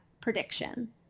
prediction